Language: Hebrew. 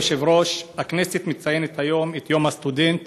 כבוד היושב-ראש, הכנסת מציינת היום את יום הסטודנט